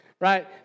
right